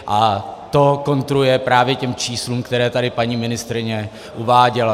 A to kontruje právě těm číslům, které tady paní ministryně uváděla.